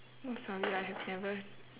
sorry I have never